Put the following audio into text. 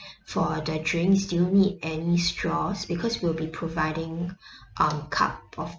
for the drinks do you need any straws because we'll be providing um cup of